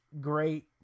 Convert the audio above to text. great